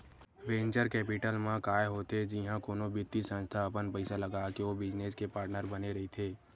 venture capital म काय होथे जिहाँ कोनो बित्तीय संस्था अपन पइसा लगाके ओ बिजनेस के पार्टनर बने रहिथे